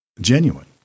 genuine